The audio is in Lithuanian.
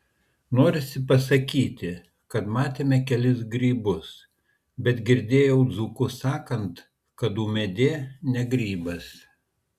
norisi pasakyti kad matėme kelis grybus bet girdėjau dzūkus sakant kad ūmėdė ne grybas